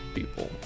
people